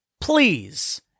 please